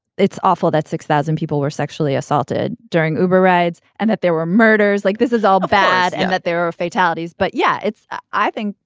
it's awful that six thousand people were sexually assaulted during overrides and that there were murders. like this is all bad and that there are fatalities. but yeah, it's i think,